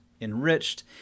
enriched